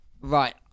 Right